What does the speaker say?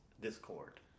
discord